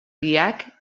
biak